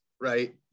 Right